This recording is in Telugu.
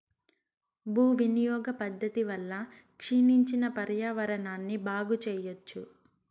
భూ వినియోగ పద్ధతి వల్ల క్షీణించిన పర్యావరణాన్ని బాగు చెయ్యచ్చు